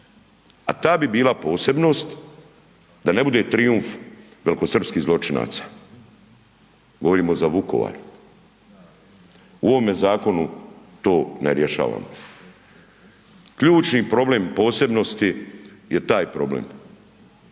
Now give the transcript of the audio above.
a ta bi bila posebnost da ne bude trijumf velikosrpskih zločinaca, govorimo za Vukovar. U ovome zakonu to ne rješavamo. Ključni problem posebnosti je taj problem